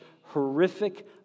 horrific